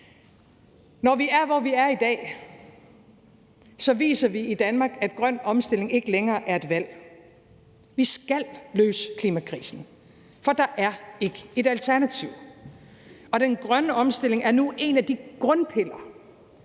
Når vi er, hvor vi er i dag, viser vi i Danmark, at grøn omstilling ikke længere er et valg. Vi skal løse klimakrisen, for der er ikke et alternativ, og den grønne omstilling er nu en af de grundpiller,